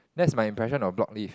that's my impression of block leave